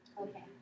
Okay